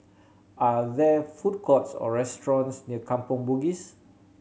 are there food courts or restaurants near Kampong Bugis